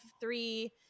three